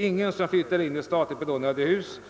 Ingen som flyttar in i statligt belånade hus